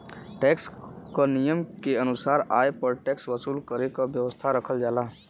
tax क नियम के अनुसार आय पर टैक्स वसूल करे क व्यवस्था रखल जाला